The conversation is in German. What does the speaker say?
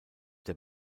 der